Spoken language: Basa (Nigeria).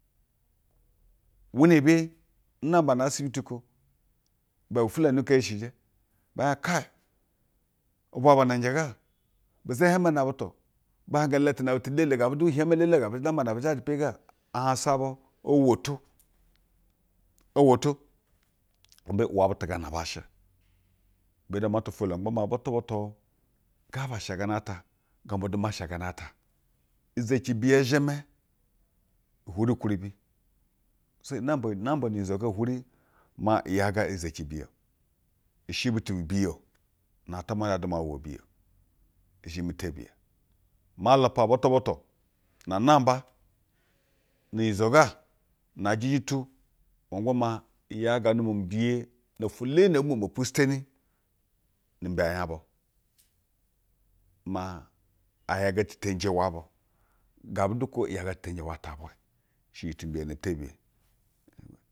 Winebe, nnamba na asibiti ko. Ibe bufielenu buko isheji bee hiej kaye ubwa benenjɛ ga, bu za hieme na butu̱. Ba higya iletu na bu̱tu̱ elele. Habu du iheime elele gabu nambana be zhaje paga ahansa bu o woto. O wotor imbe? Iwe bu̱tu̱ gaa no baa shɛ. Ibɛ du ama twa ifelu ma gba maa butu̱ bu̱tu̱ ga ba sha gana ata, gamba du ma sha gana ata. Izeci biye zhemɛ uhwuri. Kwuribi zayi, zayi namba nu unyi zo ga uhwuri ma i yaga izeci biye o. I she butu̱ bi biye o. Na atwamua zhe duma iwɛ webiyaye a. I zhemɛ tebiye. Ma lupa butu butu na namba nu-unyizo ga, na ajɛjɛ tu ma gba maa hi yaga n-ndumwa mi biye no-ofwo elele na abu momo pushleni nu umbe naya bu. Maa a yaga ti teyinje iwe bu. Gabu du kaa yaga ti tiyinje iwe atwa vwe she iyi timbyeno tebiye.